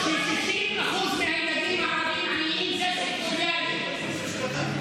כש-60% מהילדים הערבים עניים, זה סקטוריאלי.